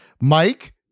Mike